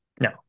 No